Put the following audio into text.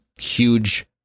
huge